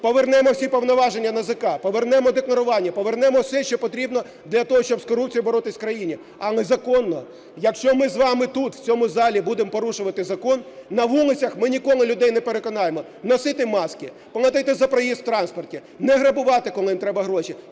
Повернемо всі повноваження НАЗК, повернемо декларування, повернемо все, що потрібно для того щоб з корупцією боротися в країні, але законно. Якщо ми з вами тут, в цьому залі, будемо порушувати закон, на вулицях ми ніколи людей не переконаємо: носити маски, платити за проїзд в транспорті, не грабувати, коли їм треба гроші,